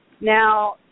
Now